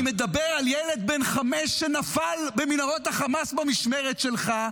אני מדבר על ילד בן חמש שנפל במנהרות חמאס במשמרת שלך.